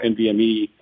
NVMe